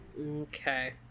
Okay